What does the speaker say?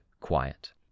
quiet